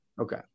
Okay